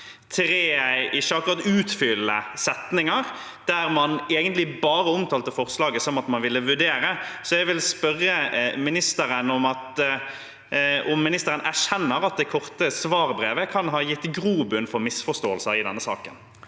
utfyllende setninger, der man egentlig bare omtalte forslaget som at man ville vurdere det. Så jeg vil spørre statsråden om han erkjenner at det korte svarbrevet kan ha gitt grobunn for misforståelser i denne saken.